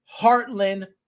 Heartland